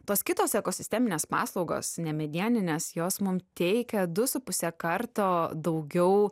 tos kitos ekosisteminės paslaugos nemedieninės jos mum teikia du su puse karto daugiau